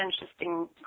interesting